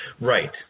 right